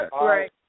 right